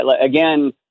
again